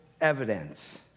evidence